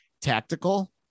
tactical